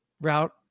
Route